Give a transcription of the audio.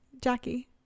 jackie